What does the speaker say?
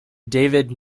david